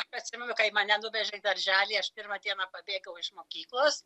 atsimenu kai mane nuvežė į darželį aš pirmą dieną pabėgau iš mokyklos